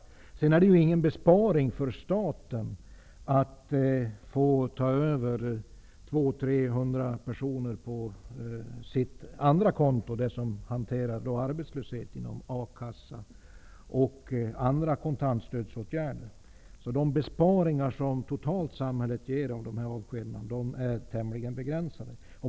Det innebär ju inte heller någon besparing för staten att så att säga ta över 200--300 personer på sitt andra konto, dvs. det som gäller arbetslösheten, Samhällets totala besparingar av dessa avskedanden är således tämligen begränsade.